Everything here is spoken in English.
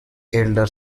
elder